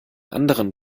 anderen